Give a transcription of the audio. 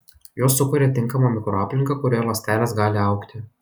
jos sukuria tinkamą mikroaplinką kurioje ląstelės gali augti